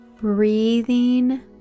breathing